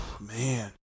man